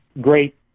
great